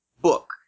book